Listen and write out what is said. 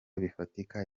bifatika